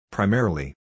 Primarily